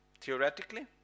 Theoretically